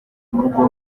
murwa